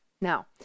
now